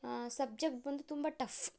subject ಬಂದು ತುಂಬ tough